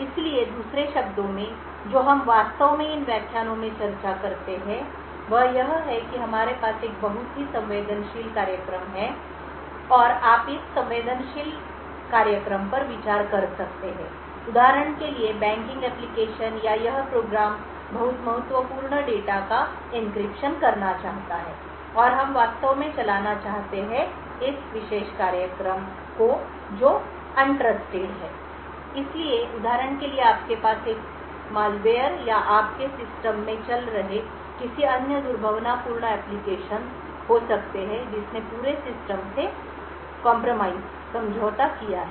इसलिए दूसरे शब्दों में जो हम वास्तव में इन व्याख्यानों में चर्चा करते हैं वह यह है कि हमारे पास एक बहुत ही संवेदनशील कार्यक्रम है और आप इस संवेदनशील कार्यक्रम पर विचार कर सकते हैं उदाहरण के लिए बैंकिंग एप्लिकेशन या यह कार्यक्रम बहुत महत्वपूर्ण डेटा का एन्क्रिप्शन करना चाहता है और हम वास्तव में चलाना चाहते हैं यह विशेष कार्यक्रम जो अविश्वास में है इसलिए उदाहरण के लिए आपके पास एक मैलवेयर या आपके सिस्टम में चल रहे किसी अन्य दुर्भावनापूर्ण एप्लिकेशन हो सकते हैं जिसने पूरे सिस्टम से समझौता किया है